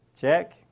Check